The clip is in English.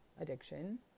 addiction